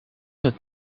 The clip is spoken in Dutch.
het